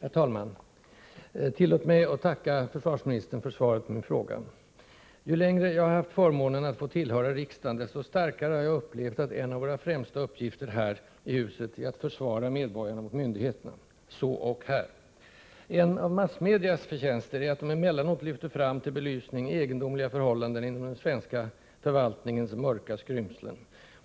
Herr talman! Tillåt mig att tacka försvarsministern för svaret på min fråga. Ju längre jag har haft förmånen att få tillhöra riksdagen, desto starkare har jag upplevt att en av vår främsta uppgifter här i huset är att försvara medborgarna mot myndigheterna. Så ock här. En av massmedias förtjänster är att de emellanåt lyfter fram till belysning egendomliga förhållanden inom den svenska förvaltningens mörka skrymslen.